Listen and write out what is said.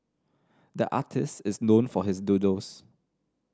the artist is known for his doodles